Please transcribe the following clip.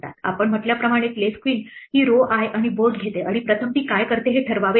आपण म्हटल्याप्रमाणे place queen ही row i आणि बोर्ड घेते आणि प्रथम ती काय करते हे ठरवावे लागेल